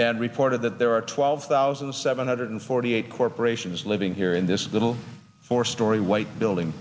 and reported that there are twelve thousand seven hundred forty eight corporations living here in this little four storey white building